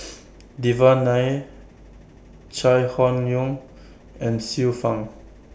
Devan Nair Chai Hon Yoong and Xiu Fang